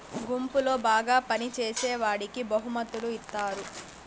గుంపులో బాగా పని చేసేవాడికి బహుమతులు ఇత్తారు